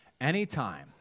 Anytime